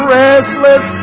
restless